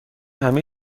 همه